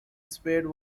spared